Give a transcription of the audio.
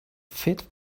fit